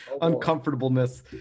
uncomfortableness